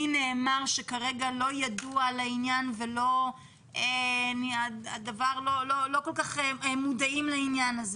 לי נאמר שכרגע לא ידוע על העניין ולא כל כך מודעים לו,